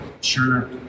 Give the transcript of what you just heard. sure